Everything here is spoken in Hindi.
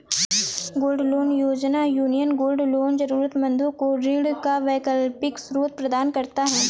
गोल्ड लोन योजना, यूनियन गोल्ड लोन जरूरतमंदों को ऋण का वैकल्पिक स्रोत प्रदान करता है